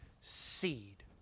seed